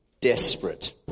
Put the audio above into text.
desperate